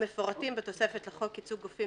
המפורטים בתוספת לחוק ייצוג גופים